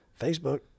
facebook